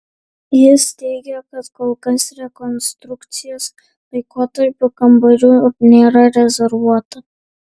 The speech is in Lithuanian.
jis teigia kad kol kas rekonstrukcijos laikotarpiui kambarių nėra rezervuota